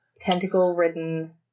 Tentacle-ridden